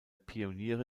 pioniere